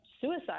suicide